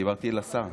דיברתי לשר.